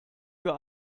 für